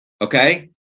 Okay